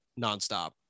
nonstop